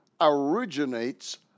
originates